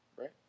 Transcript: right